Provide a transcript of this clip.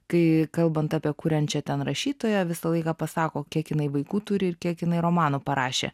kai kalbant apie kuriančią ten rašytoją visą laiką pasako kiek jinai vaikų turi ir kiek jinai romanų parašė